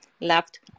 left